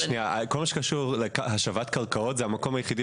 כל מה שקשור להשבת קרקעות זה המקום היחידי